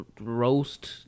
roast